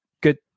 good